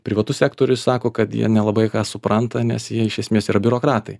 privatus sektorius sako kad jie nelabai ką supranta nes jie iš esmės yra biurokratai